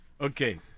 Okay